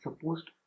supposed